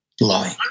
lie